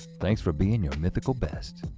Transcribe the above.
thanks for being your mythical best.